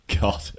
God